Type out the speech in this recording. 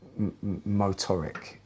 motoric